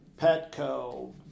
Petco